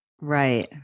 Right